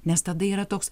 nes tada yra toks